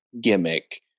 gimmick